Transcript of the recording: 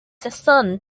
son